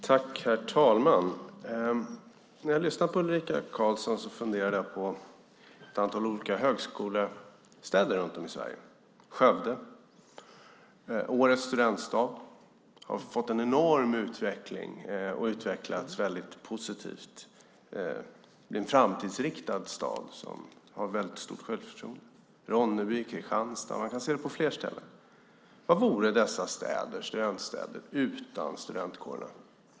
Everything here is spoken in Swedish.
Herr talman! När jag lyssnade på Ulrika Carlsson funderade jag på ett antal olika högskolestäder runt om i Sverige. Skövde är årets studentstad, har fått en enorm utveckling och har utvecklats väldigt positivt. Det är en framtidsinriktad stad som har stort självförtroende. Ronneby, Kristianstad - man kan se det på fler ställen. Vad vore dessa studentstäder utan studentkåren?